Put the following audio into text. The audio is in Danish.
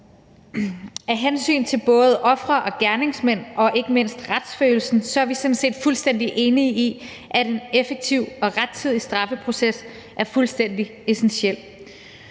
Af hensyn til både ofre og gerningsmænd og ikke mindst retsfølelsen er vi sådan set fuldstændig enige i, at en effektiv og rettidig straffeproces er fuldstændig essentielt.